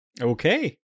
Okay